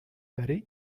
برای